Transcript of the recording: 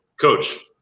coach